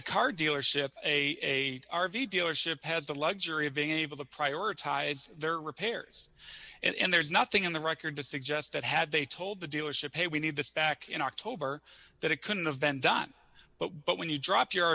a car dealership a r v dealership has the luxury of being able to prioritize their repairs and there's nothing in the record to suggest that had they told the dealership hey we need this back in october that it couldn't have been done but but when you drop your